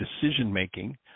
decision-making